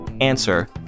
answer